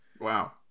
Wow